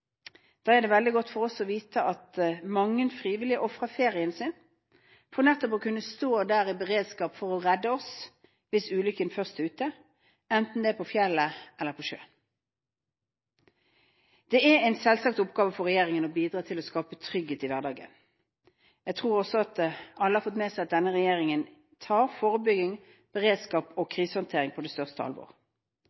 Da er det veldig godt for oss å vite at mange frivillige ofrer ferien sin for nettopp å kunne stå der i beredskap for å redde oss hvis ulykken først er ute, enten det er på fjellet eller på sjøen. Det er en selvsagt oppgave for regjeringen å bidra til å skape trygghet i hverdagen. Jeg tror også at alle har fått med seg at denne regjeringen tar forebygging, beredskap og